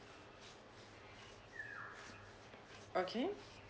okay